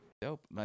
Dope